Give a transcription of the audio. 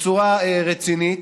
בצורה רצינית,